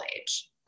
age